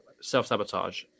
self-sabotage